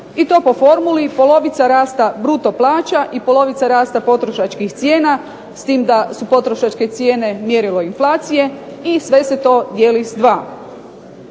i to po formuli polovica rasta bruto plaća i polovica rasta potrošačkih cijena, s tim da su potrošačke cijene mjerilo inflacije, i sve se to dijeli s dva.